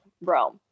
Rome